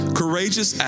courageous